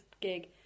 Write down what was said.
gig